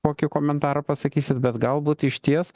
kokį komentarą pasakysit bet galbūt išties